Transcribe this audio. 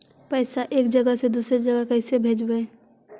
पैसा एक जगह से दुसरे जगह कैसे भेजवय?